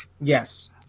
Yes